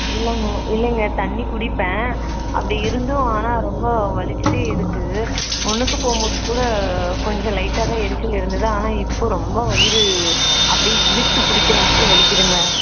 இல்லைங்க இல்லைங்க தண்ணி குடிப்பேன் அப்படி இருந்தும் ஆனால் ரொம்ப வலிச்சிகிட்டே இருக்குது ஒன்னுக்கு போகும்போது கூட கொஞ்சம் லைட்டாக தான் எரிச்சல் இருந்தது ஆனால் இப்போது ரொம்ப வயிறு அப்படே இழுத்து பிடிக்கிற மாதிரி வலிக்கிதுங்க